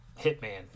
hitman